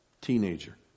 teenager